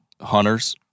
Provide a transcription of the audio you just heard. hunters